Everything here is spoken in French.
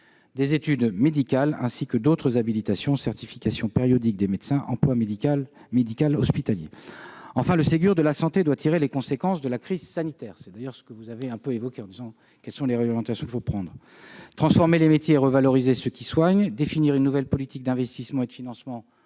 des études médicales, ainsi que d'autres habilitations : certifications périodiques des médecins, emploi médical hospitalier. Le Ségur de la santé doit tirer les conséquences de la crise sanitaire. Vous avez d'ailleurs vous-même posé la question des réglementations à adopter. Il faudra transformer les métiers, revaloriser ceux qui soignent, définir une nouvelle politique d'investissement et de financement